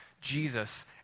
Jesus